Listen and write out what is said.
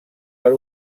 per